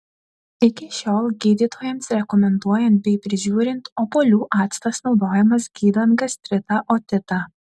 iki šiol gydytojams rekomenduojant bei prižiūrint obuolių actas naudojamas gydant gastritą otitą